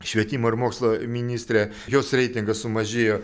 švietimo ir mokslo ministrė jos reitingas sumažėjo